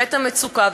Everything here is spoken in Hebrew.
ואת המצוקה,